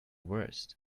worst